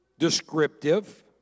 descriptive